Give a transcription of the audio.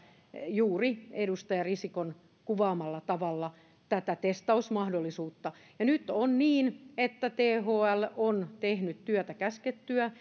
juuri edustaja risikon kuvaamalla tavalla tätä testausmahdollisuutta ja nyt on niin että thl on tehnyt työtä käskettyä